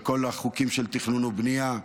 וכל החוקים של תכנון ובנייה,